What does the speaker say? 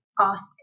Ask